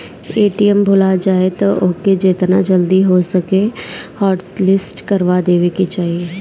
ATM भूला जाए तअ ओके जेतना जल्दी हो सके हॉटलिस्ट करवा देवे के चाही